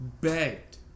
begged